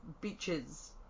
beaches